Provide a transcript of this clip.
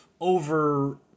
over